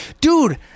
Dude